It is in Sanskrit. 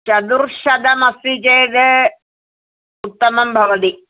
चतुःशतमस्ति चेत् उत्तमं भवति